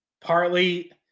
partly